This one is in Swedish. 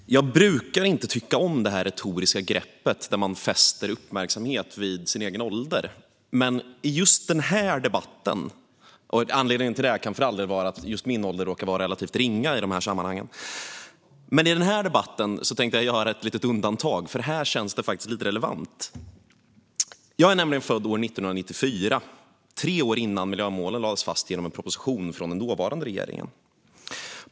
Herr talman! Jag brukar inte tycka om det retoriska greppet där man fäster uppmärksamhet vid sin egen ålder. Anledningen till det kan för all del vara att just min ålder råkar vara relativt ringa i de här sammanhangen. Men i den här debatten tänkte jag göra ett litet undantag, eftersom det här känns relevant. Jag är nämligen född år 1994 - tre år innan miljömålen lades fast genom en proposition från den dåvarande regeringen.